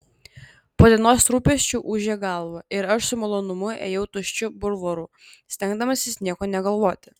po dienos rūpesčių ūžė galva ir aš su malonumu ėjau tuščiu bulvaru stengdamasis nieko negalvoti